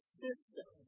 system